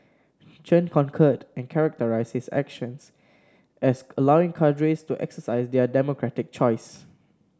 Chen concurred and characterised his actions as allowing cadres to exercise their democratic choice